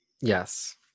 Yes